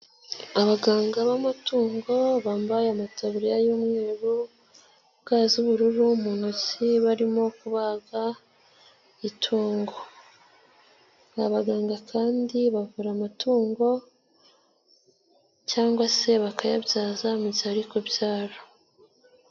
Abaganga b'amatungo bambaye amataburiya y'umweru, ga z'ubururu mu ntoki, barimo kubaga itungo. Ni abaganga kandi bavura amatungo cyangwa se bakayabyaza mu gihe ari kubyara.